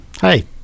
Hey